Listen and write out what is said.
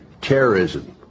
terrorism